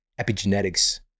epigenetics